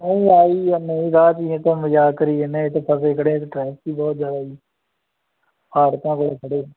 ਓ ਆਈ ਜਾਨੇ ਜੀ ਰਾਹ ਚ ਈ ਇਹ ਤਾਂ ਮਜ਼ਾਕ ਕਰੀ ਜਾਨੇ ਅਸੀਂ ਤਾਂ ਫਸੇ ਖੜੇ ਆਂ ਇਥੇ ਟ੍ਰੈਫਿਕ ਹੀ ਬਹੁਤ ਜਿਆਦਾ ਜੀ ਫਾਟਕਾਂ ਕੋਲ ਖੜੇ